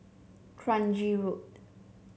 Kranji Road